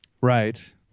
Right